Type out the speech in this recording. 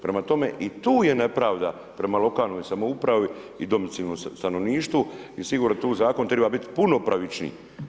Prema tome i tu je nepravda prema lokalnoj samoupravi i domicilnom stanovništvu i sigurno tu zakon treba biti puno pravičniji.